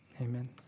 Amen